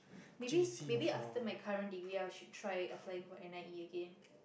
maybe maybe after my current degree I should try applying for N_I_E again